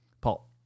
Paul